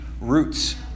roots